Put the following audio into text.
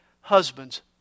Husbands